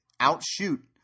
outshoot